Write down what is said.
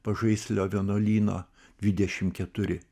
pažaislio vienuolyno dvidešim keturi